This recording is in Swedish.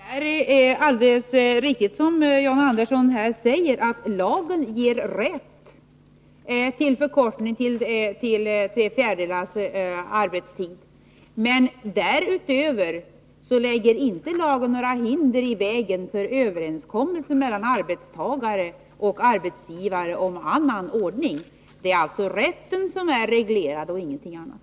Herr talman! Det är alldeles riktigt som John Andersson här säger, att lagen ger rätt till förkortning till tre fjärdedelar av arbetstiden. Men därutöver lägger inte lagen några hinder i vägen för överenskommelser mellan arbetstagare och arbetsgivare om annan ordning. Det är alltså rätten som är reglerad och ingenting annat.